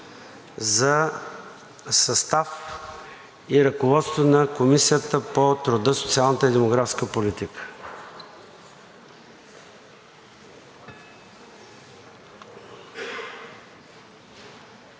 за състав и ръководство на Комисията по труда, социалната и демографската политика.